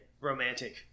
romantic